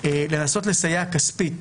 לנסות לסייע כספית